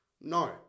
No